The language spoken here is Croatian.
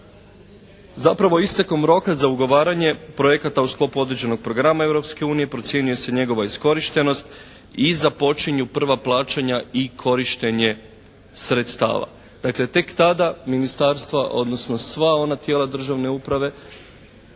Zapravo istekom roka za ugovaranje projekata u sklopu određenog programa Europske unije procjenjuje se njegova iskorištenost i započinju prva plaćanja i korištenje sredstava. Dakle, tek tada ministarstva, odnosno sva ona tijela državne uprave